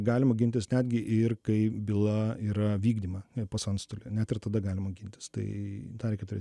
galima gintis netgi ir kai byla yra vykdoma pas antstolį net ir tada galima gintis tai dar kitur